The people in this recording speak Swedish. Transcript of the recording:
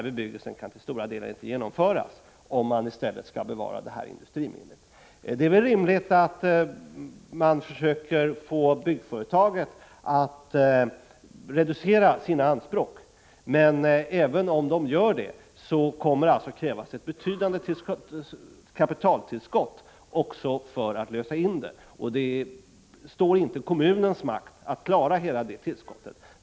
Byggandet kan till stor del inte genomföras, om man i stället skall bevara fabriken som industriminne. Det är rimligt att försöka få byggföretaget att reducera sina anspråk, men även om företaget gör detta, kommer det att krävas ett betydande kapitaltillskott för inlösandet, och det står inte i kommunens makt att klara hela detta tillskott.